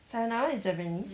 sayonara is japanese